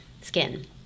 skin